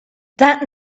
that